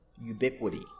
ubiquity